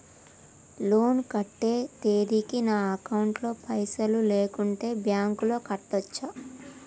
Loan కట్టే తేదీకి నా అకౌంట్ లో పైసలు లేకుంటే బ్యాంకులో కట్టచ్చా?